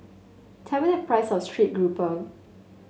tell me the price of strip grouper